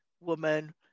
woman